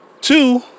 Two